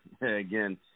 again